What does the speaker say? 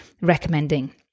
recommending